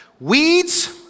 Weeds